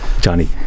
Johnny